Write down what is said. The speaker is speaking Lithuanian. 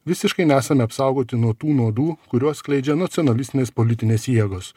visiškai nesame apsaugoti nuo tų nuodų kuriuos skleidžia nacionalistinės politinės jėgos